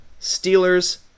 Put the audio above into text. Steelers